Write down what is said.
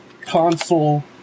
console